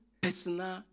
personal